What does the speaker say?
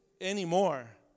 anymore